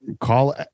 call